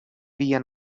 via